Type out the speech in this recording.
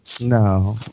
No